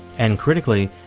and critically,